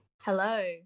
Hello